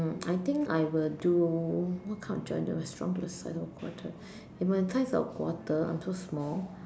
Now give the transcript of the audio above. I think I will do what kind of job if I am shrunk the size of a quarter if I am the size of a quarter I am so small